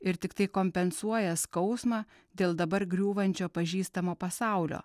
ir tiktai kompensuoja skausmą dėl dabar griūvančio pažįstamo pasaulio